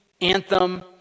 anthem